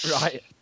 Right